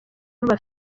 bafite